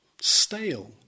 stale